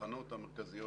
לתחנות המרכזיות